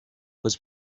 was